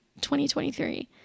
2023